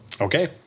Okay